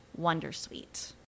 wondersuite